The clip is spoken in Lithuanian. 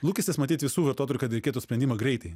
lūkestis matyt visų vartotojų kad reikėtų sprendimą greitai